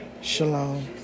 shalom